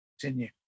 continue